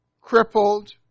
crippled